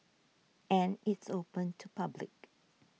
and it's open to public